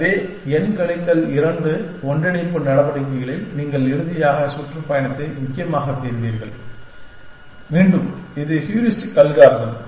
எனவே n கழித்தல் 2 ஒன்றிணைப்பு நடவடிக்கைகளில் நீங்கள் இறுதியாக சுற்றுப்பயணத்தை முக்கியமாகப் பெறுவீர்கள் மீண்டும் இது ஹூரிஸ்டிக் அல்காரிதம்